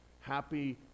happy